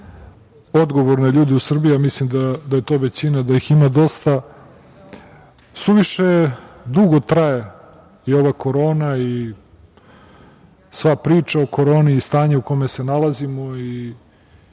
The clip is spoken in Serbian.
odgovorne ljude u Srbiji, a mislim da ih ima dosta, suviše dugo traje i ova korona i sva priča o koroni i stanje u kome se nalazimo i